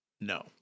no